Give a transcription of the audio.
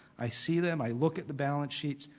i see them. i look at the balance sheets.